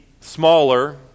smaller